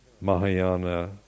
Mahayana